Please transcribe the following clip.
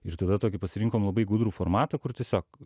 ir tada tokį pasirinkom labai gudrų formatą kur tiesiog